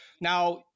Now